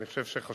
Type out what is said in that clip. אני חושב שחשוב